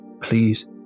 Please